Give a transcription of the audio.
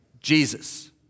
Jesus